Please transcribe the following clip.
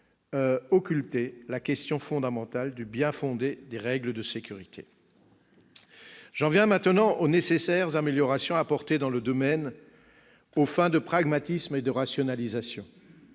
occulter la question fondamentale du bien-fondé des règles de sécurité. J'en viens maintenant aux nécessaires améliorations à apporter dans ce domaine aux fins de pragmatisme et de rationalisation.